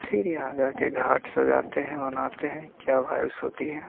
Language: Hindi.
फ़िर यहाँ आ के घाट सजाते हैं बनाते हैं क्या भाइव्स होती है